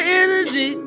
energy